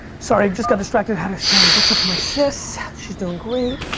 sorry just got distracted had to say what's up to my sis. she's doing great.